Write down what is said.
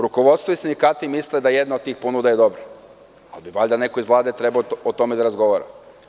Rukovodstvo i sindikati misle da je jedna od tih ponuda dobra, ali bi valjda neko iz Vlade trebao o tome da razgovara.